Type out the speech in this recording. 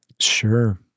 Sure